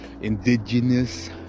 indigenous